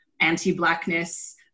anti-Blackness